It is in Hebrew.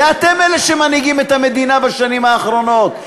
זה אתם אלה שמנהיגים את המדינה בשנים האחרונות,